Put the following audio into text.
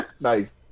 nice